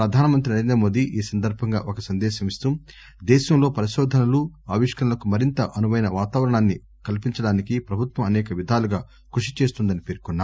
ప్రధానమంత్రి నరేంద్రమోదీ ఈ సందర్బంగా ఒక సందేశం ఇస్తూ దేశంలో పరిశోధనలు ఆవిష్కరణలకు మరింత అనుపైన వాతావరణాన్ని కల్పించడానికి ప్రభుత్వం అసేక విధాలుగా కృషి చేస్తోందని పేర్కొన్నారు